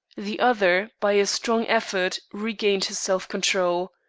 the other by a strong effort, regained his self-control.